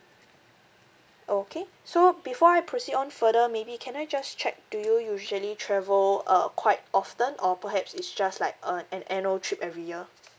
okay so before I proceed on further maybe can I just check do you usually travel uh quite often or perhaps it's just like uh an annual trip every year